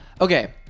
Okay